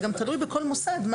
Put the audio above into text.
זה גם תלוי בכל מוסד.